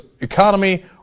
economy